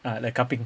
ah like cupping